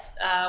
Yes